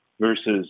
versus